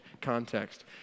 context